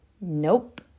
nope